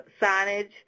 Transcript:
signage